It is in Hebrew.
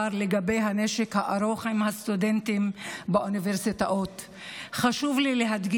עם הסטודנטים באוניברסיטאות לגבי הנשק הארוך.